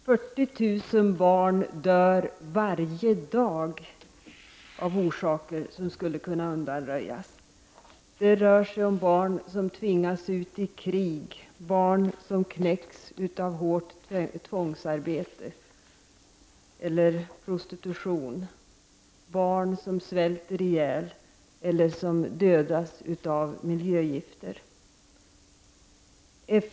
Herr talman! 40 000 barn dör varje dag av orsaker som skulle kunna undanröjas. Det rör sig om barn som tvingas ut i krig, barn som knäcks av hårt tvångsarbete eller prostitution och barn som svälter ihjäl eller dödas av miljögifter.